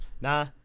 Nah